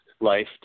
life